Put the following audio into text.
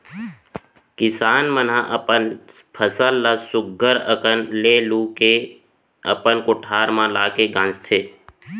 किसान मन ह अपन फसल ल सुग्घर अकन ले लू के अपन कोठार म लाके गांजथें